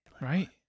Right